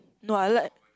no I like